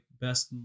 best